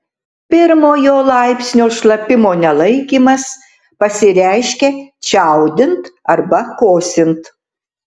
pirmojo laipsnio šlapimo nelaikymas pasireiškia čiaudint arba kosint